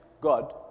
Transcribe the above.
God